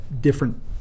different